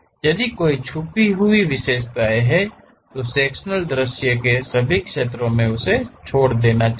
यदि कोई छिपी हुई विशेषताएं हैं तो सेक्शनल दृश्य के सभी क्षेत्रों में छोड़ दिया जाना चाहिए